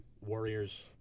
Warriors